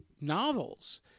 novels